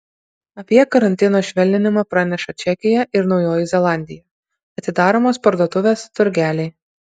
apie karantino švelninimą praneša čekija ir naujoji zelandija atidaromos parduotuvės turgeliai